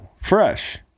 fresh